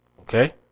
Okay